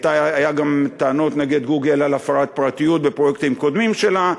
היו גם טענות נגד Google על הפרת פרטיות בפרויקטים קודמים שלה,